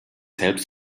selbst